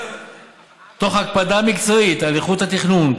תוך הקפדה מקצועית על איכות התכנון,